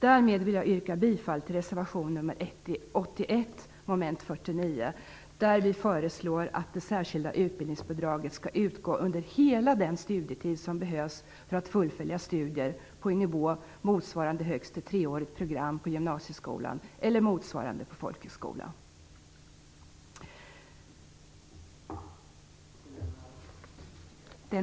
Därmed vill jag yrka bifall till reservation 81 under mom. 49, där vi föreslår att det särskilda utbildningsbidraget skall utgå under hela den studietid som behövs för att fullfölja studier på en nivå motsvarande högst ett treårigt program på gymnasieskolan eller motsvarande på folkhögskolan.